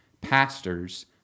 pastors